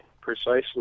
precisely